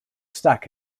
stack